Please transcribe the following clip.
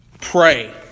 pray